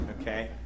Okay